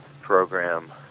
program